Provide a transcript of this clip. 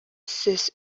сез